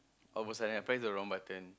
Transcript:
all of a sudden I press the wrong button